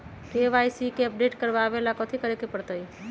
KYC के update करवावेला कथि करें के परतई?